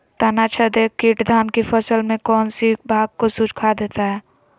तनाछदेक किट धान की फसल के कौन सी भाग को सुखा देता है?